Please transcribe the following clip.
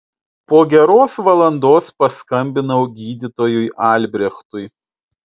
po geros valandos paskambinau gydytojui albrechtui